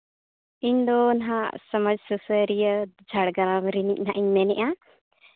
ᱤᱧ ᱫᱚ ᱱᱟᱦᱟᱜ ᱥᱚᱢᱟᱡᱽ ᱥᱩᱥᱟᱹᱨᱤᱭᱟᱹ ᱡᱷᱟᱲᱜᱨᱟᱢ ᱨᱤᱱᱤᱡ ᱱᱟᱦᱟᱸᱜ ᱤᱧ ᱢᱮᱱᱮᱫᱼᱟ